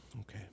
Okay